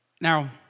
Now